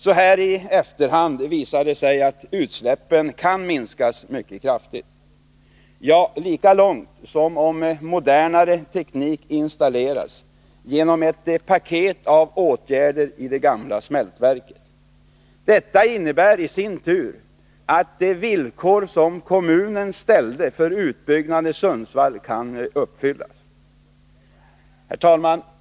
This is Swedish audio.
Så här i efterhand visar det sig att utsläppen kan minskas mycket kraftigt, ja, lika långt som om modernare teknik installerats genom ett paket av åtgärder i det gamla smältverket. Detta innebär i sin tur att de villkor som kommunen ställde för utbyggnaden i Sundsvall kan uppfyllas. Herr talman!